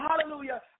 Hallelujah